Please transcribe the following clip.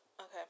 Okay